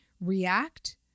react